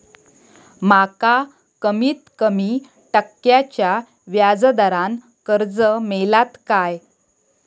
माका कमीत कमी टक्क्याच्या व्याज दरान कर्ज मेलात काय?